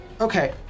Okay